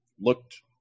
looked